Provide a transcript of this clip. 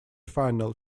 final